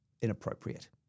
inappropriate